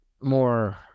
more